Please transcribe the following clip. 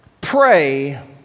pray